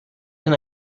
can